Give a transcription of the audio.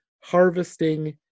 harvesting